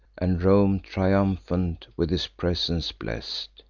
and rome, triumphant, with his presence bless'd.